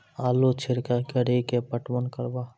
आलू छिरका कड़ी के पटवन करवा?